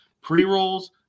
pre-rolls